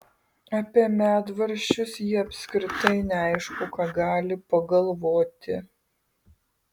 apie medvaržčius ji apskritai neaišku ką gali pagalvoti